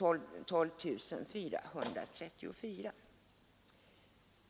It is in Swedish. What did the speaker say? ha varit 12 434.